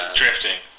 drifting